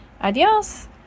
Adios